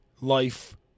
life